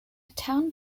town